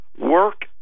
work